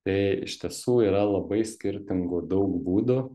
tai iš tiesų yra labai skirtingų daug būdų